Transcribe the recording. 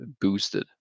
boosted